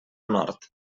nord